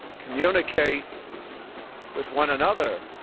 communicate with one another,